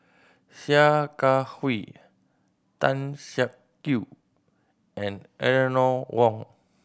Sia Kah Hui Tan Siak Kew and Eleanor Wong